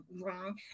wrong